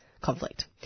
conflict